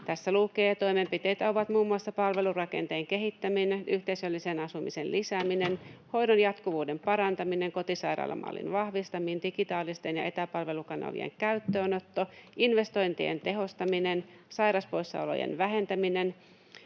Tässä lukee: ”Toimenpiteitä ovat muun muassa palvelurakenteen kehittäminen, yhteisöllisen asumisen lisääminen, hoidon jatkuvuuden parantaminen, kotisairaalamallin vahvistaminen, digitaalisten ja etäpalvelukanavien käyttöönotto, investointien tehostaminen, sairaspoissaolojen vähentäminen,